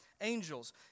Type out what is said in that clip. angels